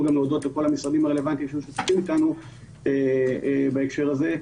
גם להודות לכל המשרדים הרלוונטיים שמשתתפים אתנו בהקשר הזה,